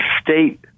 State